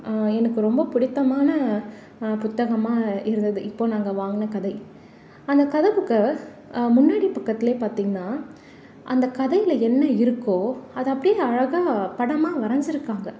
எனக்கு ரொம்ப பிடித்தமான புத்தகமாக இருந்தது இப்போது நாங்கள் வாங்கின கதை அந்த கதை புக்கை முன்னாடி பக்கத்தில் பார்த்தீங்கன்னா அந்த கதையில் என்ன இருக்கோ அதை அப்படியே அழகாக படமாக வரைஞ்சிருக்காங்க